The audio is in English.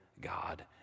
God